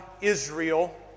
Israel